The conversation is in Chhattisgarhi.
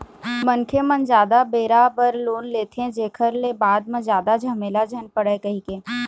मनखे मन जादा बेरा बर लोन लेथे, जेखर ले बाद म जादा झमेला झन पड़य कहिके